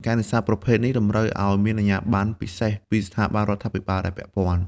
ការនេសាទប្រភេទនេះតម្រូវឱ្យមាន អាជ្ញាប័ណ្ណ ពិសេសពីស្ថាប័នរដ្ឋាភិបាលដែលពាក់ព័ន្ធ